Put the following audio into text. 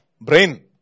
brain